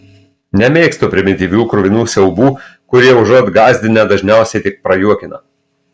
nemėgstu primityvių kruvinų siaubų kurie užuot gąsdinę dažniausiai tik prajuokina